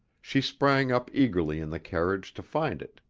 she sprang up eagerly in the carriage to find it,